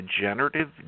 degenerative